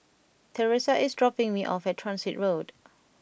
Thresa is dropping me off at Transit Road